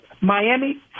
Miami